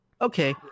okay